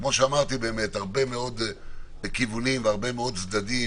כאמור הרבה מאוד כיוונים וצדדים